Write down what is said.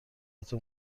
حتی